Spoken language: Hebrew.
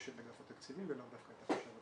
יש את אגף התקציבים ולאו דווקא החשב הכללי.